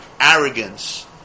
arrogance